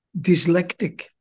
dyslectic